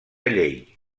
llei